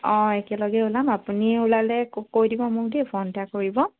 অ একেলগে ওলাম আপুনি ওলালে কৈ দিব মোক দেই ফ'ন এটা কৰিব